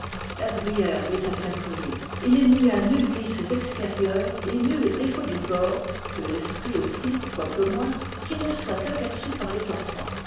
la bruyère les a bien connus il n'y a nuls vices extérieurs et nuls défauts du corps de l'esprit aussi quoique moins qui ne soient aperçus par les enfants